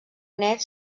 nét